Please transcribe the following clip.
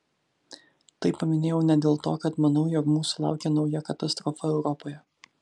tai paminėjau ne dėl to kad manau jog mūsų laukia nauja katastrofa europoje